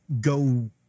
go